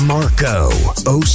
Marco